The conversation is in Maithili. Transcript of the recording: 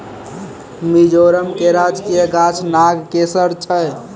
मिजोरम के राजकीय गाछ नागकेशर छै